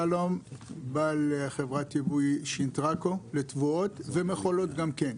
בעל חברת ייבוא שינתרקו לתבואות ומכולות גם כן.